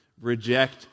reject